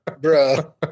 bro